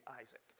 Isaac